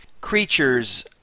Creatures